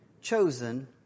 chosen